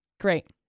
Great